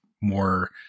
more